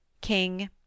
King